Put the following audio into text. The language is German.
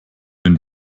den